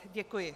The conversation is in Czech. Děkuji.